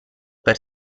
per